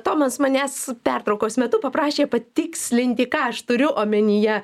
tomas manęs pertraukos metu paprašė patikslinti ką aš turiu omenyje